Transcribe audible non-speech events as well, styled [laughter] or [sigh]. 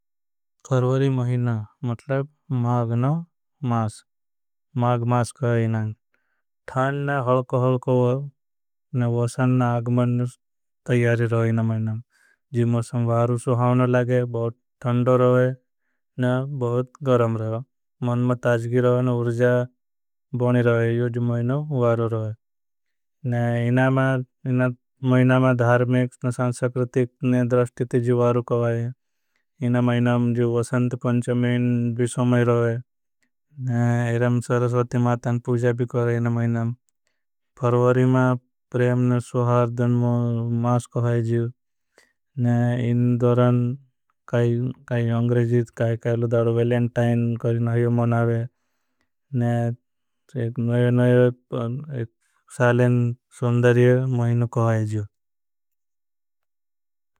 फरवरी महिना मतलब माग ना मास माग मास का है इनांग। ना हलको हलको वशन ना आगमन तैयारी रहा है इना महिनाम। मौसम वारू सुहावना लागे बहुत थन्डो रहा है ना बहुत गरम रहा। है ताज़गी रहा है ना उरुजा बोनी रहा है यो जी महिना वारू रहा है। इना महिनामा धार्मेक्स ना संचक्रतिक नेद्रस्थिति जी वारू को है। महिनाम जी वसंद पंचमेन बिशो में रहा है फरवरी एरम सरस्वति। मातान पूजा भी कर रहे ना महिनाम मा प्रेमन सोहार दन मौर। मास को है जीव इन दोरान काई अंग्रेजीत। [hesitation] काई काई लुदार वेलेंटाइन करे ना यो मनावे एक। [hesitation] नयो नयो सालेन सुन्दरिय महिनो को है जिया।